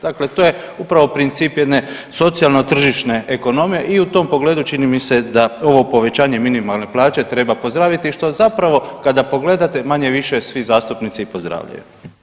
Dakle, to je upravo princip jedne socijalno tržišne ekonomije i u tom pogledu činim mi se da ovo povećanje minimalne plaće treba pozdraviti što zapravo kada pogledate manje-više svi zastupnici i pozdravljaju.